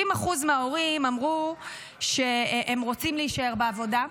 70% מההורים אמרו שהם רוצים להישאר בעבודה,